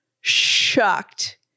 shocked